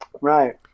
Right